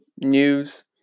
news